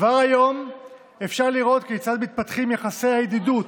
כבר היום אפשר לראות כיצד מתפתחים יחסי הידידות